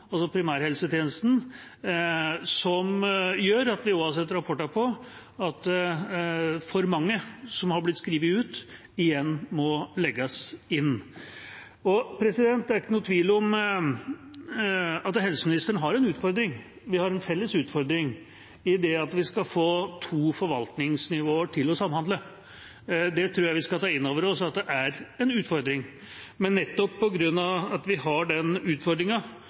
er ikke noen tvil om at helseministeren har en utfordring, vi har en felles utfordring i det at vi skal få to forvaltningsnivåer til å samhandle. Det tror jeg vi skal ta inn over oss er en utfordring. Men nettopp på grunn av at vi har den